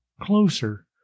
closer